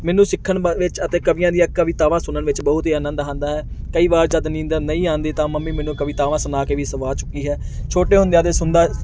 ਮੈਨੂੰ ਸਿੱਖਣ ਵੇ ਵਿੱਚ ਅਤੇ ਕਵੀਆਂ ਦੀਆਂ ਕਵਿਤਾਵਾਂ ਸੁਣਨ ਵਿੱਚ ਬਹੁਤ ਹੀ ਆਨੰਦ ਆਉਂਦਾ ਹੈ ਕਈ ਵਾਰ ਜਦ ਨੀਂਦਰ ਨਹੀਂ ਆਉਂਦੀ ਤਾਂ ਮੰਮੀ ਮੈਨੂੰ ਕਵਿਤਾਵਾਂ ਸੁਣਾ ਕੇ ਵੀ ਸੁਲਾ ਚੁੱਕੀ ਹੈ ਛੋਟੇ ਹੁੰਦਿਆਂ ਦੇ ਸੁਣਦਾ